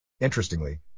Interestingly